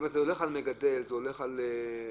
זה הולך על מגדל, זה הולך על קבלן,